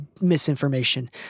misinformation